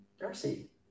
Darcy